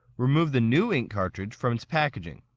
remove the new ink cartridge from it's packaging.